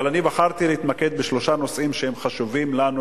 אבל אני בחרתי להתמקד בשלושה נושאים שהם חשובים לנו,